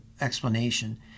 explanation